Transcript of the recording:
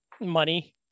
Money